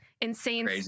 insane